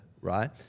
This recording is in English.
right